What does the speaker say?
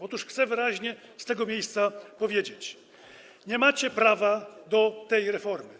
Otóż chcę wyraźnie z tego miejsca powiedzieć: nie macie prawa do tej reformy.